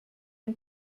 ein